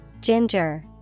Ginger